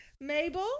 Mabel